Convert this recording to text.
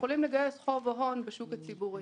ויכולים לגייס חוב או הון בשוק הציבורי.